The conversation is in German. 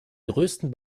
größten